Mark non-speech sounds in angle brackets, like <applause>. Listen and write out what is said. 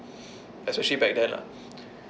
<breath> especially back then lah